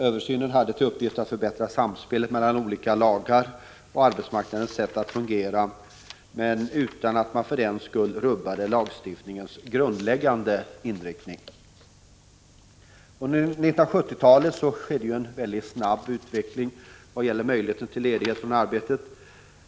Översynen hade till uppgift att förbättra samspelet mellan olika lagar och arbetsmarknadens sätt att fungera, utan att man för den skull rubbade lagstiftningens grundläggande inriktning. Under 1970-talet skedde en mycket snabb utveckling i fråga om möjligheterna till ledighet från arbetet.